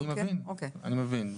אני מבין.